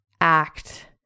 act